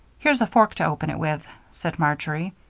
here's a fork to open it with, said marjory.